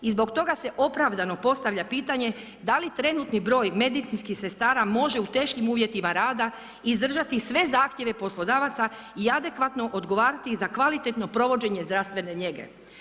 I zbog toga se opravdano postavlja pitanje da li trenutni broj medicinskih sestara može u teškim uvjetima rada izdržati sve zahtjeve poslodavaca i adekvatno odgovarati i za kvalitetno provođenje zdravstvene njege.